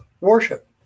worship